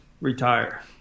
retire